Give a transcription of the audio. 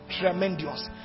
Tremendous